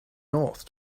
north